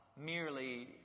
merely